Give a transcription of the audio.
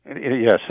Yes